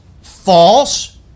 false